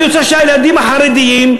אני רוצה שהילדים החרדים,